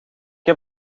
heb